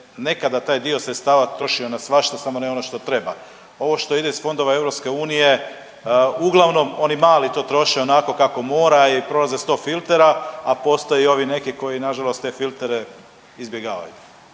nekada taj dio sredstava trošio na svašta samo ne ono što treba. Ovo što ide iz fondova EU uglavnom oni mali to troše onako kako mora i prolaze sto filtera, a postoje i ovi neki koji nažalost te filtere izbjegavaju.